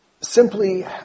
Simply